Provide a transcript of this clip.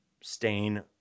stain